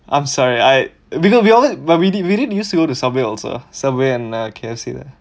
I'm sorry I because we always but we did we did used to go to subway also subway and uh K_F_C